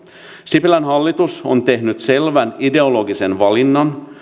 sipilän hallitus on tehnyt selvän ideologisen valinnan